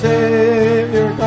Savior